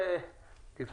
תודה.